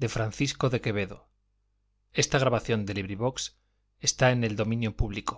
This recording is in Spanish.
de francisco de quevedo y villegas libro primero capítulo i en que